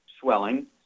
swelling